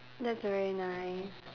that's very nice